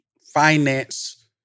finance